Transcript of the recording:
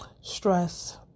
stress